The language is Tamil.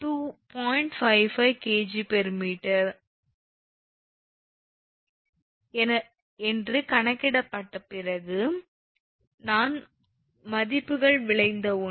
55 𝐾𝑔m என்று கணக்கிட்ட பிறகு தான் மதிப்புகள் விளைந்த ஒன்று